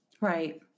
Right